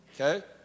Okay